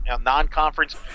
Non-conference